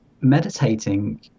meditating